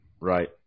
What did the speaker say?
right